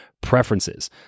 preferences